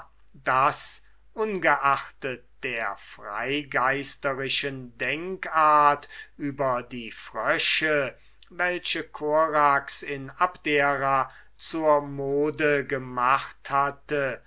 daß ungeachtet der freigeisterischen denkart über die frösche welche korax in abdera zur mode gemacht hatte